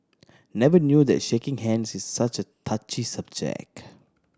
never knew that shaking hands is such a touchy subject